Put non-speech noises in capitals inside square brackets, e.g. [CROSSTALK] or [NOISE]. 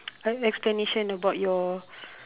[NOISE] explanation about your